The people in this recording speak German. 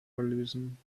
lösen